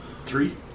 Three